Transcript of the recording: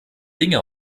dinge